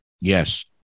Yes